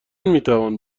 میتوان